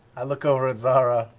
i look over at zahra.